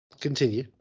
Continue